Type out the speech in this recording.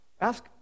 ask